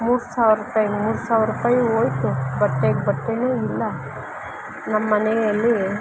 ಮೂರು ಸಾವಿರ ರೂಪಾಯ್ಗೆ ಮೂರು ಸಾವಿರ ರೂಪಾಯು ಹೋಯ್ತು ಬಟ್ಟೆಗೆ ಬಟ್ಟೆನೂ ಇಲ್ಲ ನಮ್ಮ ಮನೆಯಲ್ಲಿ